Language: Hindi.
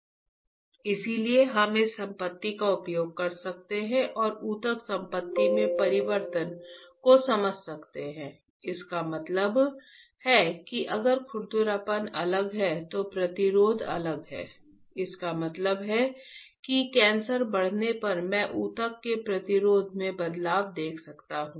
क्या हम इस संपत्ति का उपयोग कर सकते हैं और ऊतक संपत्ति में परिवर्तन को समझ सकते हैं इसका मतलब है कि अगर खुरदरापन अलग है तो प्रतिरोध अलग है इसका मतलब है कि कैंसर बढ़ने पर मैं ऊतक के प्रतिरोध में बदलाव देख सकता हूं